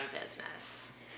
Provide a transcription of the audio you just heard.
business